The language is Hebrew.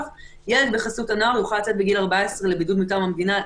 ילד בחסות הנוער יוכל לצאת בגיל 14 לבידוד מטעם המדינה.